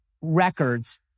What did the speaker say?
records